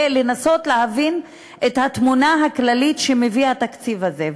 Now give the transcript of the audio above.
ולנסות להבין את התמונה הכללית שמביא התקציב הזה.